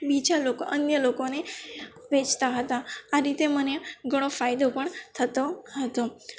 બીજા લોકો અન્ય લોકોને વેચતા હતા અને તે મને ઘણો ફાયદો પણ થતો હતો